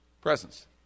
presence